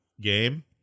game